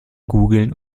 googlen